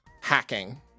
hacking